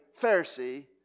Pharisee